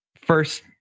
first